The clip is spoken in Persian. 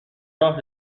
راه